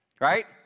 Right